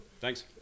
thanks